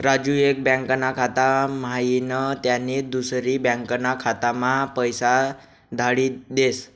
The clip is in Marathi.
राजू एक बँकाना खाता म्हाईन त्यानी दुसरी बँकाना खाताम्हा पैसा धाडी देस